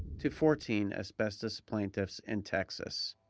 to fourteen asbestos plaintiffs in texas.